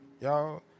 y'all